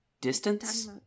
distance